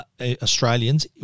Australians